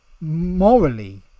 morally